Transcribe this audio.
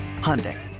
Hyundai